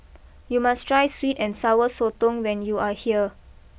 you must try sweet and Sour Sotong when you are here